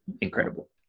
incredible